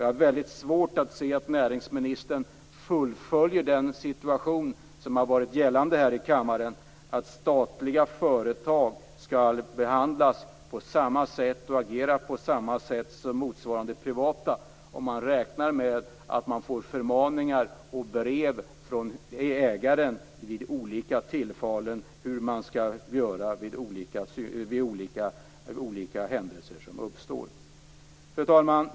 Jag har väldigt svårt att se att näringsministern fullföljer den situation som har varit gällande i denna kammare - att statliga företag skall behandlas på samma sätt och agera på samma sätt som motsvarande privata - om man räknar med att man får förmaningar och brev från ägaren vid olika tillfällen om hur man skall göra vid olika händelser som uppstår. Fru talman!